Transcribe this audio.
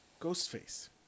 Ghostface